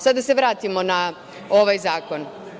Sada da se vratimo na ovaj zakon.